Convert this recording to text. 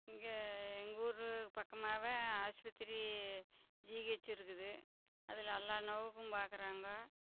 இங்கே எங்கள் ஊர் பக்கமாகவே ஆஸ்பத்திரி ஜிஹெச்சு இருக்குது அதில் எல்லா நோயுக்கும் பாக்குறாங்க